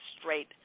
straight